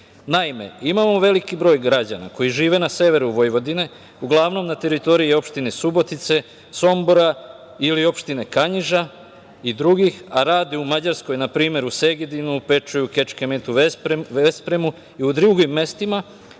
imamo veliki broj građana koji žive na severu Vojvodine, uglavnom na teritoriji opštine Subotice, Sombora ili opštine Kanjiža i drugih, a rade u Mađarskoj, na primer u Segedinu, Pečuju, Kečkemetu, Vespremu i u drugim mestima,